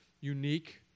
unique